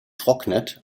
trocknet